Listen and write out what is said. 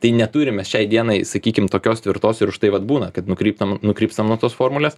tai neturime šiai dienai sakykim tokios tvirtos ir už tai vat būna kad nukryptam nukrypstam nuo tos formulės